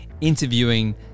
interviewing